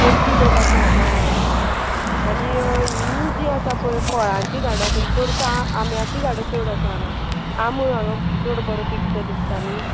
करपी लोक आसा आतां आनी हीं जीं आसा पळय फळांचीं झाडां खंय चडसो आम्याचीं झाडां चड आसा हांगा आमो हांगा चड बरो पिकता दिसता न्ही